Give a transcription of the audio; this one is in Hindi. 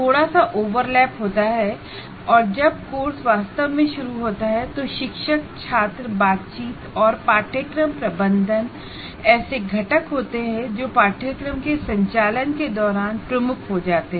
थोड़ा सा ओवरलैप होता है और जब कोर्स वास्तव में शुरू होता है तो टीचर स्टूडेंट इंटरेक्शनऔर कोर्स मैनेजमेंट ऐसे कंपोनेंट होते हैं जो कोर्स के संचालन के दौरान प्रमुख हो जाते हैं